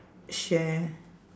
share